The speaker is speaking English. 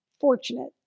fortunate